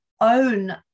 own